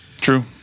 True